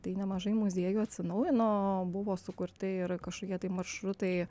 tai nemažai muziejų atsinaujino buvo sukurti ir kažkokie tai maršrutai